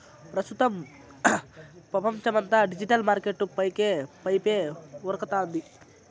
ప్రస్తుతం పపంచమంతా digital market వైపే ఉరకతాంది